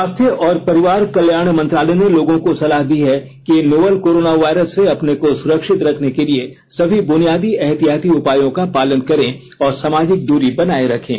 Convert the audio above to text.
स्वास्थ्य और परिवार कल्याण मंत्रालय ने लोगों को सलाह दी है कि वे नोवल कोरोना वायरस से अपने को सुरक्षित रखने के लिए सभी बुनियादी एहतियाती उपायों का पालन करें और सामाजिक दूरी बनाए रखें